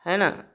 है न